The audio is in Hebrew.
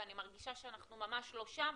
ואני מרגישה שאנחנו ממש לא שם,